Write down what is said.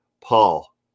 Paul